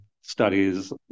studies